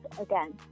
again